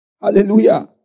Hallelujah